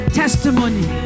testimony